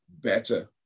better